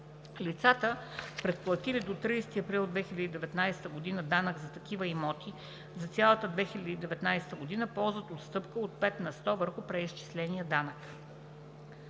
Лицата, предплатили до 30 април 2019 г. данъка за такива имоти за цялата 2019 г., ползват отстъпка от 5 на сто върху преизчисления данък.